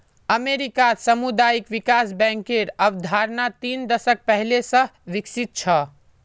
अमेरिकात सामुदायिक विकास बैंकेर अवधारणा तीन दशक पहले स विकसित छ